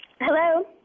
Hello